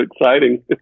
exciting